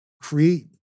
create